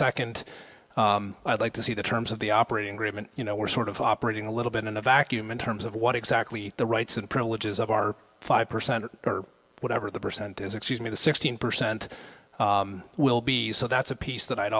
second i like to see the terms of the operating room and you know we're sort of operating a little bit in a vacuum in terms of what exactly the rights and privileges of our five percent or whatever the percent is excuse me the sixteen percent will be so that's a piece that i'd